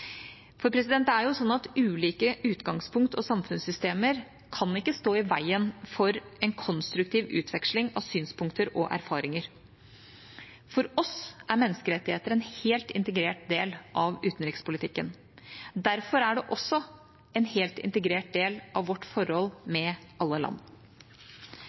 For ulike utgangspunkt og samfunnssystemer kan ikke stå i veien for en konstruktiv utveksling av synspunkter og erfaringer. For oss er menneskerettigheter en helt integrert del av utenrikspolitikken. Derfor er det også en helt integrert del av vårt forhold til alle land.